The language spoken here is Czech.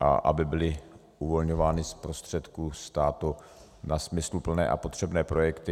a aby byly uvolňovány z prostředků státu na smysluplné a potřebné projekty.